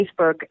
Facebook